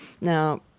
Now